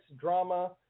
drama